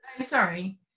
sorry